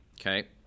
Okay